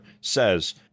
says